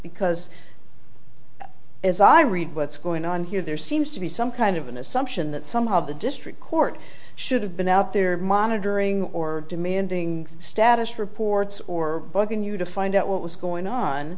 because as i read what's going on here there seems to be some kind of an assumption that somehow the district court should have been out there monitoring or demanding status reports or bugging you to find out what was going on